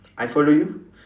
I follow you